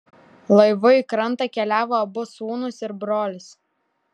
laivu į krantą keliavo abu sūnūs ir brolis